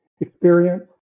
experience